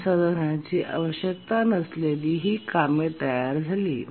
संसाधनांची आवश्यकता नसलेली ही कामे तयार झाली